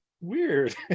weird